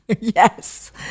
yes